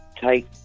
take